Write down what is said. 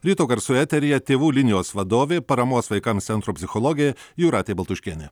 ryto garsų eteryje tėvų linijos vadovė paramos vaikams centro psichologė jūratė baltuškienė